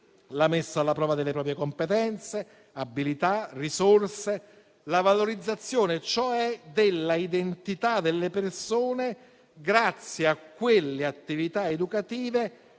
la messa alla prova delle proprie competenze, abilità, risorse; la valorizzazione, cioè, dell'identità delle persone grazie a quelle attività educative